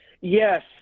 Yes